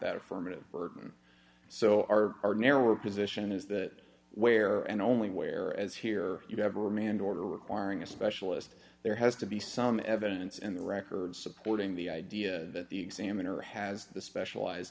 that affirmative burden so are our narrower position is that where and only where as here you have a remand order requiring a specialist there has to be some evidence in the record supporting the idea that the examiner has the specialize